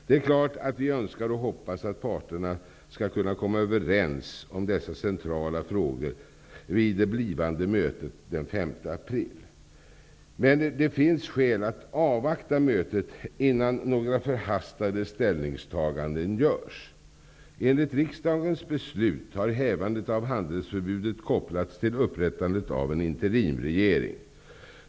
Det är klart att vi hoppas och önskar att parterna skall kunna komma överens om dessa centrala frågor vid det kommande mötet den 5 april. Men det finns skäl att avvakta mötet och inte göra några förhastade ställningstaganden. Enligt riksdagens beslut har hävandet av handelsförbudet kopplats till upprättandet av en interimsregering.